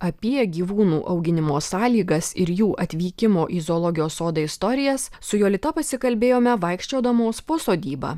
apie gyvūnų auginimo sąlygas ir jų atvykimo į zoologijos sodą istorijas su jolita pasikalbėjome vaikščiodamos po sodybą